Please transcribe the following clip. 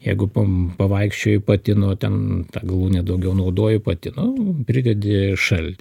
jeigu pam pavaikščiojai patino ten ta galūnė daugiau naudoji patino nu pridedi šaltį